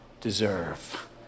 deserve